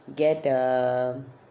get um